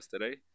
today